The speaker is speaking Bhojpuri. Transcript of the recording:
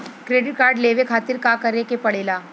क्रेडिट कार्ड लेवे खातिर का करे के पड़ेला?